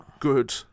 good